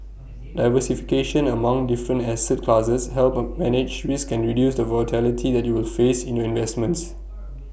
diversification among different asset classes helps A manage risk and reduce the volatility that you will face in your investments